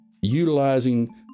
utilizing